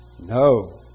No